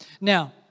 Now